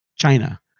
china